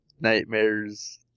nightmares